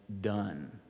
done